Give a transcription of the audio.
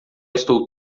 estou